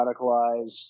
radicalized